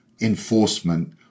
enforcement